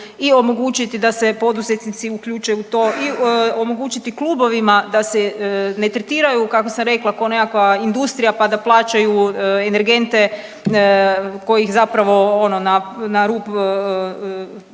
i omogućiti da se poduzetnici uključe u to i omogućiti klubovima da se ne tretiraju kako sam rekla kao nekakva industrija pa da plaćaju energente kojih zapravo na rub